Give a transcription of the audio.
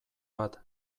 bat